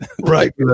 Right